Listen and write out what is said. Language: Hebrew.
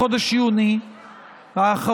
בחודש יוני האחרון,